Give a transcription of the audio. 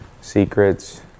Secrets